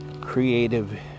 creative